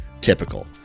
typical